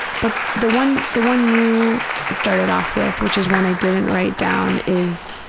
but the one the one you started off with, which is one i didn't write down, is,